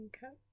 cups